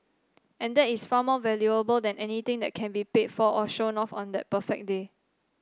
and that is far more valuable than anything that can be paid for or shown off on that perfect day